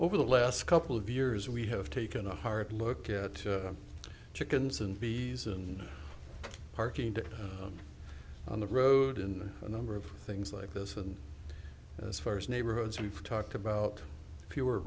over the last couple of years we have taken a hard look at chickens and b s and parking and on the road in a number of things like this and as far as neighborhoods we've talked about fewer